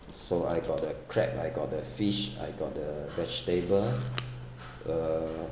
so I got the crab I got the fish I got the vegetable uh